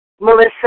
Melissa